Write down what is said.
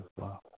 love